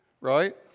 right